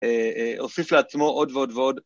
אוסיף לעצמו עוד ועוד ועוד.